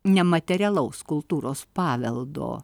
nematerialaus kultūros paveldo